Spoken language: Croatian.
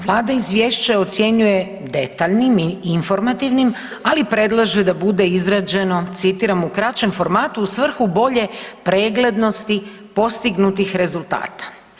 Vlada Izvješće ocjenjuje detaljnim i informativnim, ali predlaže da bude izrađeno, citiram, u kraćem formatu u svrhu bolje preglednosti postignutih rezultata.